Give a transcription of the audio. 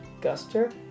Guster